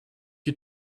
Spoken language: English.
you